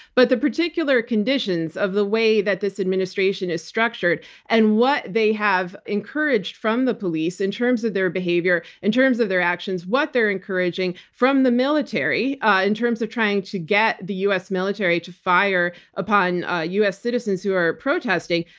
but the particular conditions of the way that this administration is structured and what they have encouraged from the police in terms of their behavior, in terms of their actions, what they're encouraging from the military ah in terms of trying to get the u. s. military to fire upon ah u. s. citizens who are protesting,